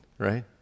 right